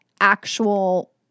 actual